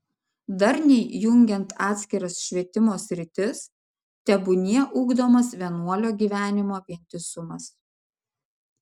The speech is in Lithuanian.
darniai jungiant atskiras švietimo sritis tebūnie ugdomas vienuolio gyvenimo vientisumas